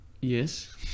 Yes